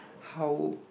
how